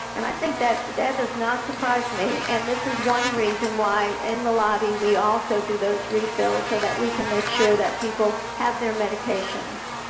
and i think that that does not surprise me, and this is one reason why in the lobby, we also to those refills so that we can make sure that people have their medications.